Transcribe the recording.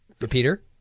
Repeater